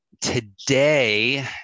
Today